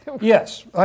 Yes